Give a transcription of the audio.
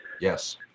Yes